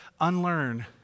unlearn